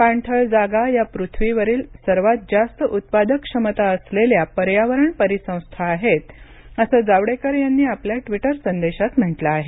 पाणथळ जागा या पृथ्वीवरील सर्वात जास्त उत्पादक क्षमता असलेल्या पर्यावरण परिसंस्था आहेत असं जावडेकर यांनी आपल्या ट्विटर संदेशात म्हटलं आहे